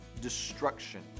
destruction